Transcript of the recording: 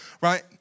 Right